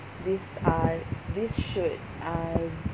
this I this should I